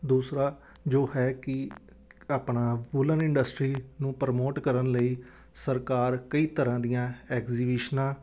ਦੂਸਰਾ ਜੋ ਹੈ ਕਿ ਆਪਣਾ ਵੂਲਨ ਇੰਡਸਟਰੀ ਨੂੰ ਪ੍ਰਮੋਟ ਕਰਨ ਲਈ ਸਰਕਾਰ ਕਈ ਤਰ੍ਹਾਂ ਦੀਆਂ ਐਗਜੀਬਿਸ਼ਨਾਂ